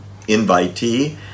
invitee